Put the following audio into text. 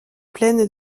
pleine